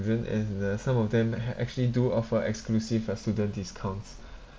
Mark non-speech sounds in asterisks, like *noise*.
and uh some of them ha~ actually do offer exclusive uh student discounts *breath*